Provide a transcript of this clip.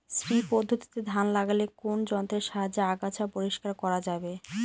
শ্রী পদ্ধতিতে ধান লাগালে কোন যন্ত্রের সাহায্যে আগাছা পরিষ্কার করা যাবে?